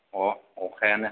ह अखायानो